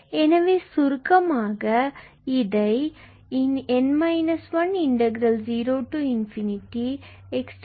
எனவே சுருக்கமாக 𝑛−10∞xn 1 1 e xdx